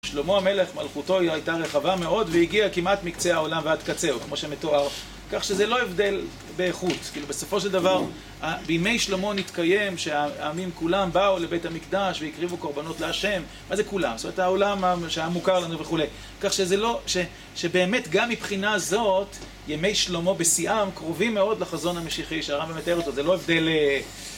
שלמה המלך, מלכותו, היא הייתה רחבה מאוד והגיעה כמעט מקצה העולם ועד קצהו, כמו שמתואר. כך שזה לא הבדל באיכות. בסופו של דבר, בימי שלמה נתקיים שהעמים כולם באו לבית המקדש והקריבו קרבנות להשם, מה זה כולם. זאת אומרת, העולם שהיה מוכר לנו וכו'. כך שזה לא... שבאמת גם מבחינה זאת, ימי שלמה בשיאם קרובים מאוד לחזון המשיחי שהרמב״ם מתאר אותו. זה לא הבדל...